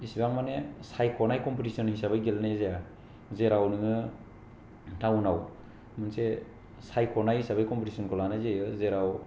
इसिबां माने सायखनाय कमपिटिस्वन हिसाबै गेलेनाय जाया जेराव नोङो टाउनाव मोनसे सायखनाय हिसाबै कमपिटिस्वनखौ लानाय जायो जेराव